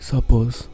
Suppose